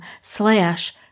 slash